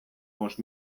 bost